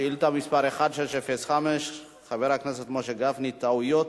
שאילתא מס' 1605, של חבר הכנסת משה גפני: טעויות